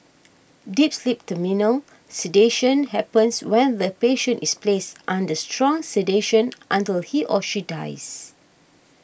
deep sleep Terminal sedation happens when the patient is placed under strong sedation until he or she dies